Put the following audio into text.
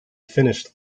finished